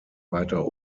weiter